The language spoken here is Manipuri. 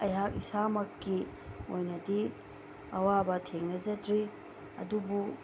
ꯑꯩꯍꯥꯛ ꯏꯁꯥꯃꯛꯀꯤ ꯑꯣꯏꯅꯗꯤ ꯑꯋꯥꯕ ꯊꯦꯡꯅꯖꯗ꯭ꯔꯤ ꯑꯗꯨꯕꯨ